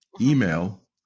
email